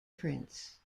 prints